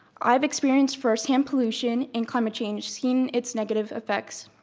i've experienced firsthand pollution and climate change, seen its negative effects.